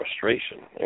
frustration